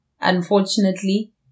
unfortunately